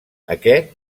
aquest